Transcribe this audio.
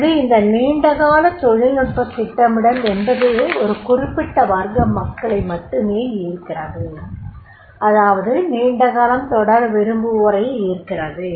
எனவே இந்த நீண்டகால தொழில் திட்டமிடல் என்பது ஒரு குறிப்பிட்ட வர்க்க மக்களை மட்டுமே ஈர்க்கிறது அதாவது நீண்ட காலம் தொடர விரும்புவோரை ஈர்க்கிறது